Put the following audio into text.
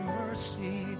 mercy